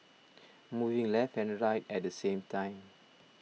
moving left and right at the same time